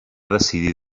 decidir